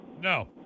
No